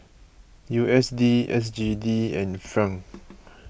U S D S G D and Franc